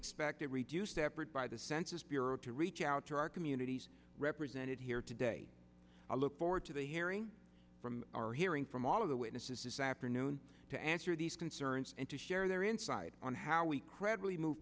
expect a reduced effort by the census bureau to reach out to our communities represented here today i look forward to hearing from our hearing from all of the witnesses this afternoon to answer these concerns and to share their inside on how we credibly move